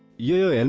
you and